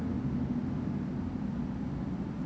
confirm more expensive and a lot expensive